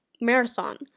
Marathon